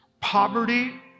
poverty